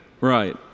Right